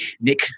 Nick